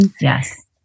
Yes